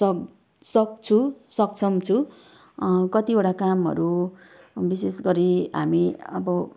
सक सक्छु सक्षम छु कतिवटा कामहरू विशेष गरी हामी अब